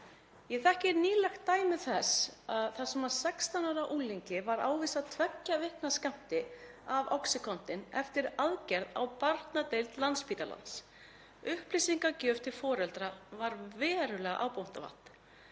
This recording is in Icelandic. Ég þekki nýlegt dæmi þar sem 16 ára unglingi var ávísað tveggja vikna skammti af oxycontin eftir aðgerð á barnadeild Landspítalans. Upplýsingagjöf til foreldra var verulega ábótavant.